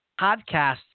podcasts